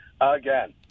again